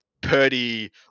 purdy